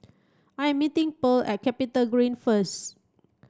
I am meeting Purl at CapitaGreen first